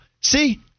See